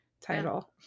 title